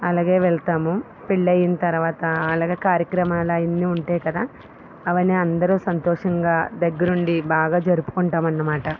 అలాగే వెళ్తాము పెళ్ళయిన తర్వాత అలాగే కార్యక్రమాలు అవన్నీ ఉంటాయి కదా అవన్నీ అందరు సంతోషంగా దగ్గరుండి బాగా జరుపుకుంటాం అన్నమాట